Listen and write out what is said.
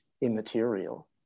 immaterial